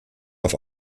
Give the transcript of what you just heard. auf